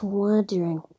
wondering